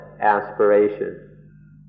aspiration